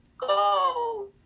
go